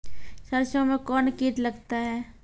सरसों मे कौन कीट लगता हैं?